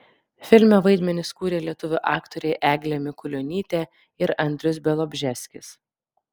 filme vaidmenis kūrė lietuvių aktoriai eglė mikulionytė ir andrius bialobžeskis